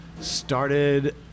started